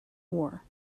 war